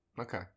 Okay